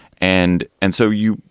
and and so you.